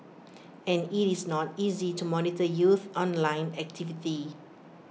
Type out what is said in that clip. and IT is not easy to monitor youth online activity